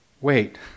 Wait